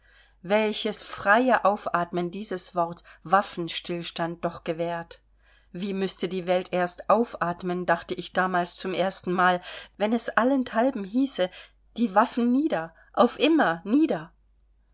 welches freie aufatmen dieses wort waffenstillstand doch gewährt wie müßte die welt erst aufatmen dachte ich damals zum erstenmal wenn es allenthalben hieße die waffen nieder auf immer nieder